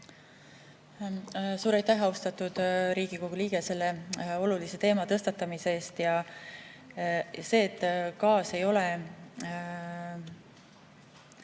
Suur aitäh, austatud Riigikogu liige, selle olulise teema tõstatamise eest! See, et gaas ei pruugi